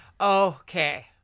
Okay